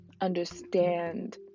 understand